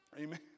Amen